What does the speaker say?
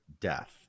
death